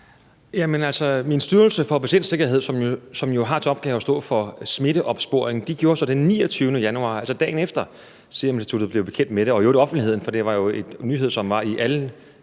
min Styrelse for Patientsikkerhed, som jo har til opgave at stå for smitteopsporing, gjorde så den 29. januar det – altså dagen efter at Seruminstituttet blev bekendt med det, i øvrigt også offentligheden, for det var jo en nyhed, som var i alle